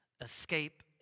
escape